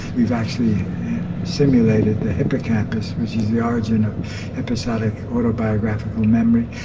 we've actually simulated the hippocampus which is the origin of episodic autobiographical memory,